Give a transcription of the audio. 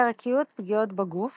פרק י' פגיעות בגוף